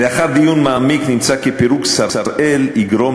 לאחר דיון מעמיק נמצא כי פירוק "שראל" יגרום